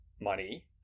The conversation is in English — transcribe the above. money